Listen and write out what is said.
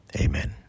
Amen